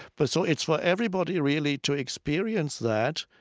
but so it's for everybody really to experience that,